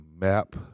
map